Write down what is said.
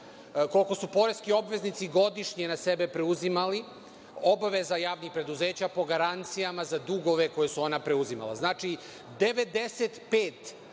koliko su poreski obveznici godišnje na sebe preuzimali obaveza javnih preduzeća po garancijama za dugove koji su ona preuzimala. Znači, 95